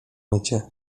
mycie